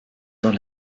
dans